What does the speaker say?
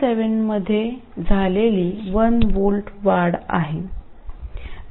7V मध्ये झालेली 1V वाढ आहे